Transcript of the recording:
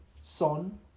Son